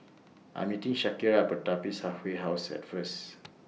I'm meeting Shakira At Pertapis Halfway House At First